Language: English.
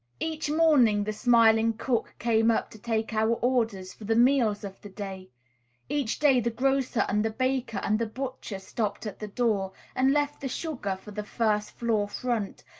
each morning the smiling cook came up to take our orders for the meals of the day each day the grocer and the baker and the butcher stopped at the door and left the sugar for the first floor front,